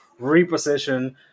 reposition